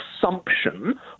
assumption